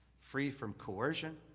free from coercion,